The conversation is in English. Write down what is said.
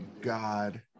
God